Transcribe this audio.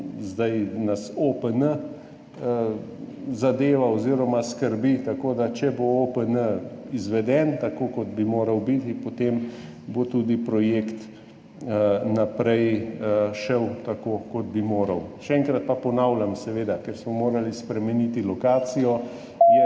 najbolj zadeva oziroma skrbi OPN. Če bo OPN izveden tako, kot bi moral biti, potem bo tudi projekt naprej šel tako, kot bi moral. Še enkrat pa ponavljam, seveda, ker smo morali spremeniti lokacijo,